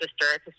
sister